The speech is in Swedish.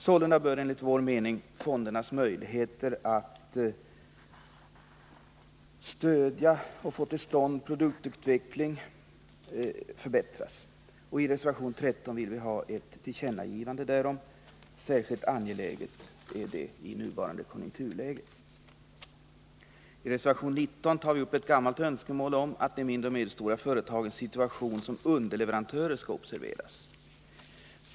Sålunda bör enligt vår mening fondernas möjligheter att stödja och få till stånd produktutveckling förbättras. I reservation 13 vill vi att detta ges regeringen till känna. Särskilt angeläget är det i nuvarande konjunkturläge. I reservation 19 tar vi upp ett gammalt önskemål om att de mindre och medelstora företagens situation som underleverantörer skall observeras.